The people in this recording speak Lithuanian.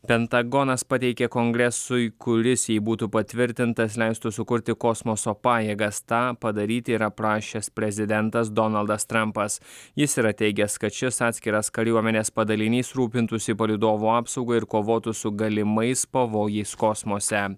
pentagonas pateikė kongresui kuris jei būtų patvirtintas leistų sukurti kosmoso pajėgas tą padaryti yra prašęs prezidentas donaldas trampas jis yra teigęs kad šis atskiras kariuomenės padalinys rūpintųsi palydovų apsauga ir kovotų su galimais pavojais kosmose